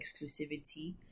exclusivity